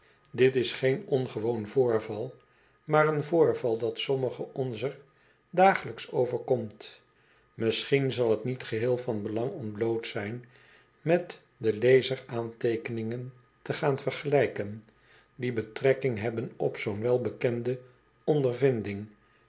dit is geen ongewoon voorval maar een voorval dat sommige onzer dagelyks overkomt misschien zal t niet geheel van belang ontbloot zy'n met den lezer aanteekeningen te gaan vergelijken die betrekking hebben op zoo'n welbekende ondervinding